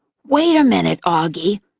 wait a minute, auggie,